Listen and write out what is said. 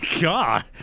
God